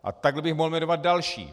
A tak bych mohl jmenovat další.